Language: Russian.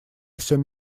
всем